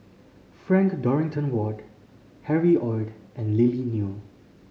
Frank Dorrington Ward Harry Ord and Lily Neo